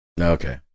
Okay